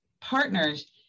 partners